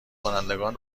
کنندگان